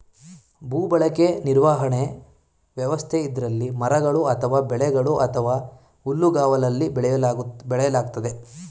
ಭೂಬಳಕೆ ನಿರ್ವಹಣಾ ವ್ಯವಸ್ಥೆ ಇದ್ರಲ್ಲಿ ಮರಗಳು ಅಥವಾ ಬೆಳೆಗಳು ಅಥವಾ ಹುಲ್ಲುಗಾವಲಲ್ಲಿ ಬೆಳೆಯಲಾಗ್ತದೆ